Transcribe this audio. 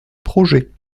projet